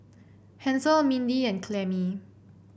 Hansel Mindy and Clemmie